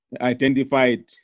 identified